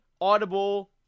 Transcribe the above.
Audible